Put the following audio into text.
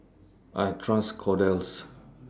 I Trust Kordel's